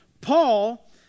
Paul